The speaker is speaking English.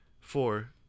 four